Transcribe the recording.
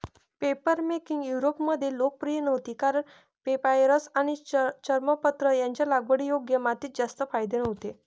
papermaking युरोपमध्ये लोकप्रिय नव्हती कारण पेपायरस आणि चर्मपत्र यांचे लागवडीयोग्य मातीत जास्त फायदे नव्हते